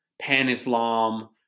pan-Islam